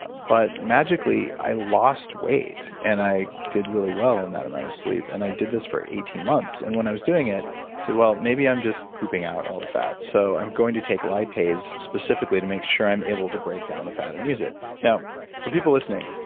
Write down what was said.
ah but magically i lost weight, and i did really well on that amount of sleep. and i did this for eighteen months, and when i was doing it i said, well, maybe i'm just pooping out all the fat, so i'm going to take lipase specifically to make sure i'm able to break down the fat and use it for people listening,